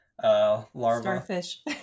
Starfish